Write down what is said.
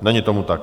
Není tomu tak.